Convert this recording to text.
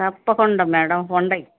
తప్పకుండా మేడం ఉన్నాయి